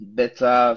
better